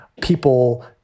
people